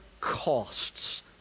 costs